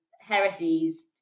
heresies